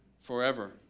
forever